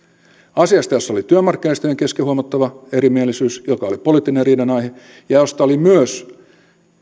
asiasta jossa oli työmarkkinajärjestöjen kesken huomattava erimielisyys joka oli poliittinen riidanaihe ja josta oli myös